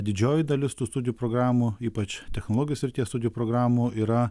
didžioji dalis tų studijų programų ypač technologijų srities studijų programų yra